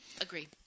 Agree